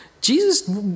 Jesus